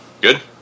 Good